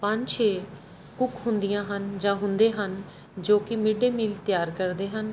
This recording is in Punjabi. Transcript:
ਪੰਜ ਛੇ ਕੁੱਕ ਹੁੰਦੀਆਂ ਹਨ ਜਾਂ ਹੁੰਦੇ ਹਨ ਜੋ ਕਿ ਮਿਡਏ ਮੀਲ ਤਿਆਰ ਕਰਦੇ ਹਨ